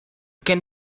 can